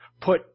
put